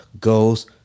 goes